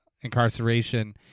incarceration